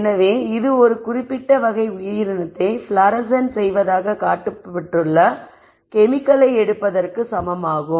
எனவே இது ஒரு குறிப்பிட்ட வகை உயிரினத்தை ஃப்ளோரசன்ட் செய்வதாகக் காட்டப்பட்டுள்ள கெமிக்கலை எடுப்பதற்கு சமமாகும்